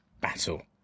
battle